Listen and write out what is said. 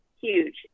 huge